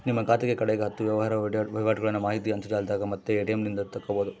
ನಿಮ್ಮ ಖಾತೆಗ ಕಡೆಗ ಹತ್ತು ವ್ಯವಹಾರ ವಹಿವಾಟುಗಳ್ನ ಮಾಹಿತಿ ಅಂತರ್ಜಾಲದಾಗ ಮತ್ತೆ ಎ.ಟಿ.ಎಂ ನಿಂದ ತಕ್ಕಬೊದು